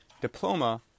diploma